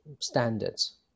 standards